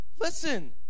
Listen